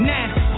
Now